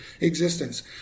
existence